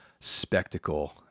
spectacle